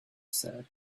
said